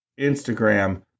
Instagram